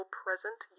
present